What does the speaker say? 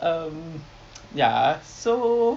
um ya so